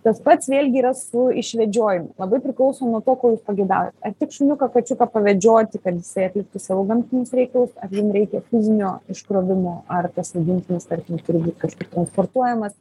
tas pats vėlgi yra su išvedžiojimu labai priklauso nuo to ko jūs pageidaujat ar tik šuniuką kačiuką pavedžioti kad jisai atliktų savo gamtinius reikalus ar jiem reikia fizinio iškrovimo ar tas augintinis tarkim turi būt kažkur transportuojamas